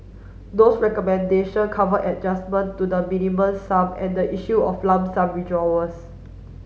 those recommendation cover adjustment to the Minimum Sum and the issue of lump sum withdrawals